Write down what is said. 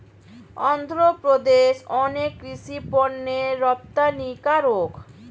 অন্ধ্রপ্রদেশ অনেক কৃষি পণ্যের রপ্তানিকারক